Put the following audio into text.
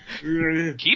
Keep